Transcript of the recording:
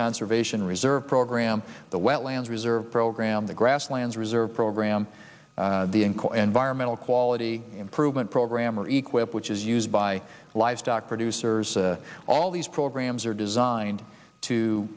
conservation reserve program the wetlands reserve program the grasslands reserve program in call environmentalists quality improvement program required which is used by livestock producers all these programs are designed to